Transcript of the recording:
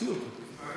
תוציאו אותה החוצה.